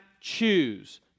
choose